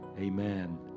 amen